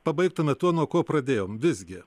pabaigtume tuo nuo ko pradėjom visgi